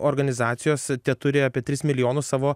organizacijos teturi apie tris milijonus savo